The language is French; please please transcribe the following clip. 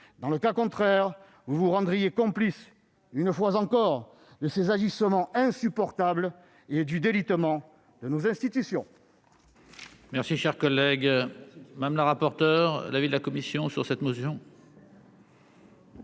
cette motion, vous vous rendriez complices, une fois de plus, de ces agissements insupportables et du délitement de nos institutions.